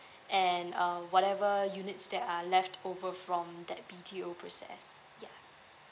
and uh whatever units that are left over from that B_T_O process ya